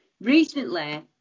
Recently